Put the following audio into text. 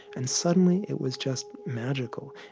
and suddenly it was just magical,